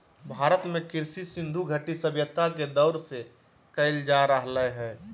भारत में कृषि सिन्धु घटी सभ्यता के दौर से कइल जा रहलय हें